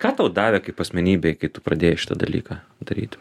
ką davė kaip asmenybei kai tu pradėjai šitą dalyką daryti